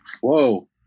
whoa